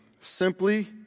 Simply